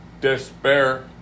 despair